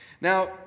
Now